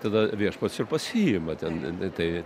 tada viešpats ir pasiima ten tai